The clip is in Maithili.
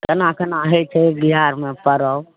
कोना कोना होइ छै बिहारमे परब